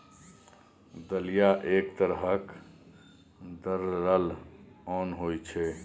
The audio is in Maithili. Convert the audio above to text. दलिया एक तरहक दरलल ओन होइ छै